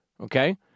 okay